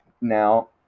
now